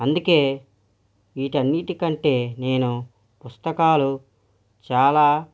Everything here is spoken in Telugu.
అందుకే వీటన్నింటి కంటే నేను పుస్తకాలు చాలా